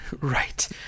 right